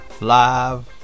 live